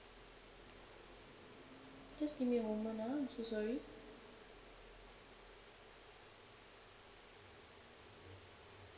just give me a moment ah I'm so sorry